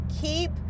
keep